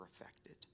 affected